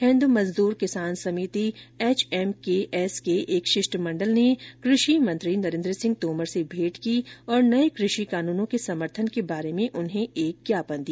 हिन्द Mazdoor Kisan Samiti HMKS के एक शिष्टमंडल ने कृषि मंत्री नरेन्द्र सिंह तोमर से भेंट की और नए कृषि कानूनों के समर्थन के बारे में उन्हें एक ज्ञापन दिया